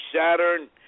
Saturn